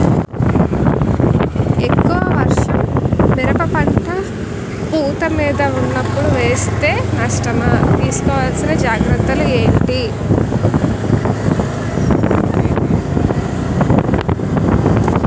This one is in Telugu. ఎక్కువ వర్షం మిరప పంట పూత మీద వున్నపుడు వేస్తే నష్టమా? తీస్కో వలసిన జాగ్రత్తలు ఏంటి?